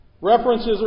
References